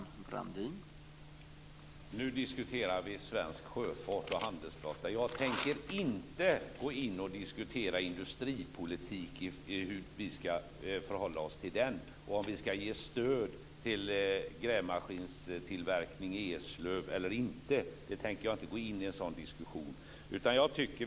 Herr talman! Nu diskuterar vi svensk sjöfart och svensk handelsflotta. Jag tänker inte gå in och diskutera industripolitik och hur vi skall förhålla oss till den, om vi skall ge stöd till grävmaskinstillverkning i Eslöv eller inte. Jag tänker inte gå in i en sådan diskussion.